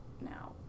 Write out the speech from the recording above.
now